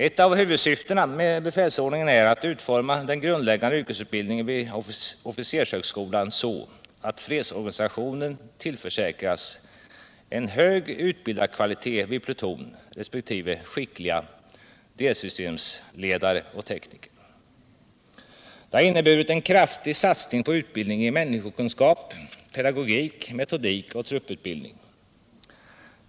Ett av huvudsyftena med befälsordningen är att utforma den grundläggande yrkesutbildningen vid officershögskolan så, att fredsorganisationen tillförsäkras en hög utbildarkvalitet vid pluton resp. skickliga delsystemledare och tekniker. Detta har inneburit en kraftig satsning på utbildning i människokunskap, pedagogik, metodik och trupputbildning.